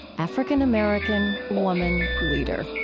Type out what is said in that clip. african-american, woman, leader.